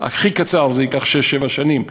הכי קצר זה ייקח שש-שבע שנים,